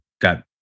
got